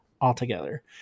altogether